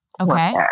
Okay